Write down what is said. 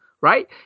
right